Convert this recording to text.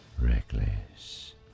reckless